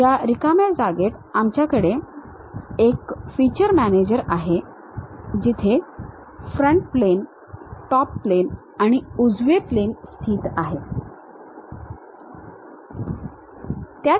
या रिकाम्या जागेत आमच्याकडे एक Feature Manager आहे जिथे फ्रंट प्लेन टॉप प्लेन आणि उजवे प्लेन स्थित आहे